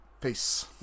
peace